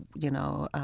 you know,